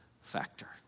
factor